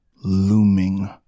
looming